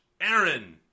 Aaron